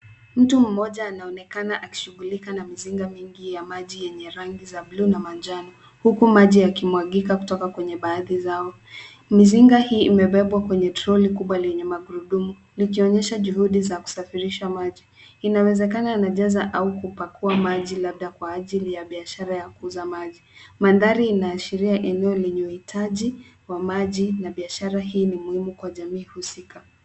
Mtu mmoja anaonekana akishughilika na mzinga mingi yenye rangi ya bluu na ya manjano. Huku maji yakimwagika kutoka kwenye baadhi zao. Mizinga imebebwa kwenye troli kubwa lenye magurudumu ikionyesha juhudi ya kusafirisha maji. Inawezekana amejaza au kupakua maji labda kwa ajili ya biashara ya kuuza maji. Mandhari inaashiria eneo lenye itaji la maji na biashara hii ni muhimu kwa jamii husika.